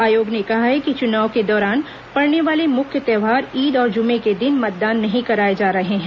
आयोग ने कहा है कि चुनाव के दौरान पड़ने वाले मुख्य त्योहार ईद और जुमे के दिन मतदान नहीं कराए जा रहे हैं